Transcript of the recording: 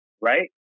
right